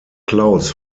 klaus